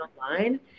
online